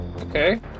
Okay